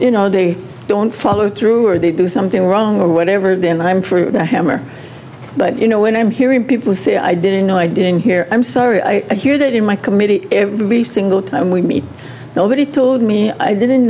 if they don't follow through or they do something wrong or whatever then i'm for the hammer but you know when i'm hearing people say i didn't know i didn't hear i'm sorry i hear that in my committee every single time we meet nobody told me i didn't